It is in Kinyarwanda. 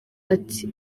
ati